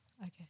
Okay